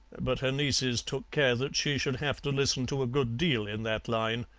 but her nieces took care that she should have to listen to a good deal in that line.